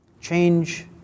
change